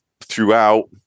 throughout